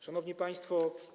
Szanowni Państwo!